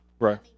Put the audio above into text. right